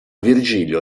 virgilio